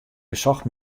besocht